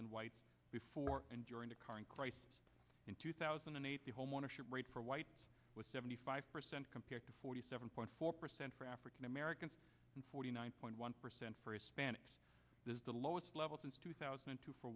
than whites before and during the current crisis in two thousand the homeownership rate for whites was seventy five percent compared to forty seven point four percent for african americans and forty nine point one percent for hispanics is the lowest level since two thousand and two for